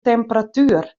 temperatuer